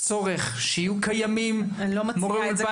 הצורך שיהיו קיימים מורי אולפן